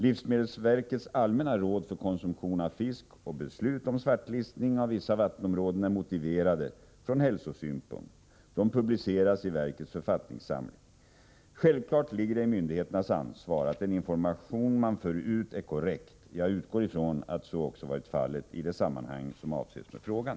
Livsmedelsverkets allmänna råd för konsumtion av fisk och beslut om svartlistning av vissa vattenområden är motiverade från hälsosynpunkt. De publiceras i verkets författningssamling. Självklart ligger det i myndigheternas ansvar att den information man för ut är korrekt. Jag utgår ifrån att så också varit fallet i det sammanhang som avses med frågan.